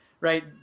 right